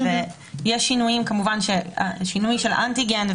כמובן ששינוי של אנטיגן,